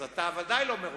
אז אתה ודאי לא מרוצה.